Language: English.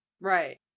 right